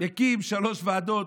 הקים שלוש ועדות,